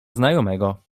znajomego